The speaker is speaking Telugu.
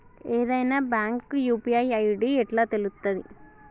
ఏదైనా బ్యాంక్ యూ.పీ.ఐ ఐ.డి ఎట్లా తెలుత్తది?